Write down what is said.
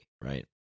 right